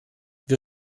wir